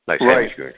Right